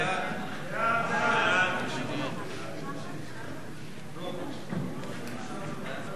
התשע"ב 2012, נתקבל.